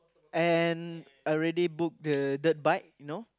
and already book the dirt bike you know